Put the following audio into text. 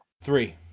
Three